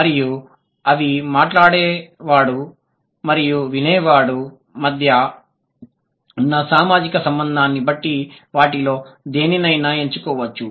మరియు అవి మాట్లాడేవాడు మరియు వినే వాడి మధ్య ఉన్న సామాజిక సంబంధాన్ని బట్టి వాటిలో దేనినైనా ఎంచుకోవచ్చు